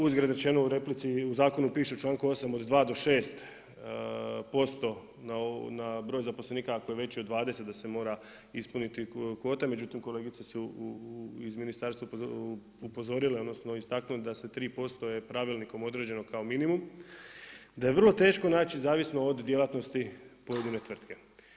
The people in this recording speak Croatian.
Uzgred rečeno u replici i u zakonu piše u članku 8. od 2 do 6% na broj zaposlenika ako je veći od 20 da se mora ispuniti kvota međutim kolegice su iz ministarstva upozorile, odnosno istaknule da se 3%, je pravilnikom određeno kao minimum da je vrlo teško naći zavisno od djelatnosti pojedine tvrtke.